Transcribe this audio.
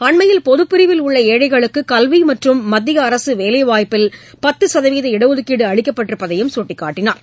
அண்மையில் பொதுப் பிரிவில் உள்ள ஏழைகளுக்கு கல்வி மற்றும் மத்திய அரசு வேலைவாய்ப்பில் பத்து சதவீத இடஒதுக்கீடு அளிக்கப்பட்டிருப்பதை சுட்டிக்காட்டினார்